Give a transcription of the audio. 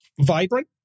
vibrant